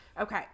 okay